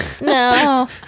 No